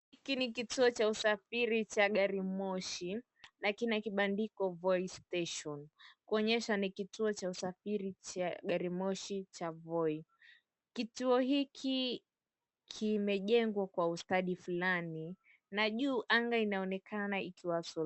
Hiki ni kituo cha usafiri cha gari moshi na kina kibandiko Voi Station kuonyesha ni kituo cha usafiri cha gari moshi cha Voi. Kituo hiki kimejengwa kwa ustadi fulani na juu anga inaonekana ikiwa sawa.